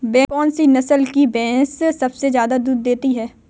कौन सी नस्ल की भैंस सबसे ज्यादा दूध देती है?